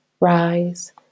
rise